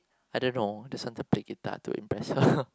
I don't know just want to play guitar to impress her